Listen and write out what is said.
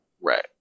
Right